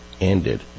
ended